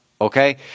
Okay